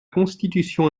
constitution